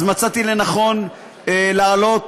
אז מצאתי לנכון לעלות